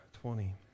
twenty